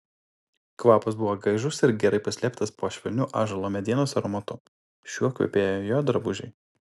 kvapas buvo gaižus ir gerai paslėptas po švelniu ąžuolo medienos aromatu šiuo kvepėjo jo drabužiai